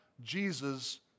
Jesus